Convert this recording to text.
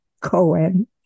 Cohen